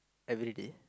everyday